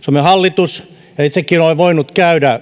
suomen hallituksella ja itsekin olen voinut käydä